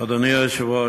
אדוני היושב-ראש,